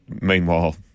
Meanwhile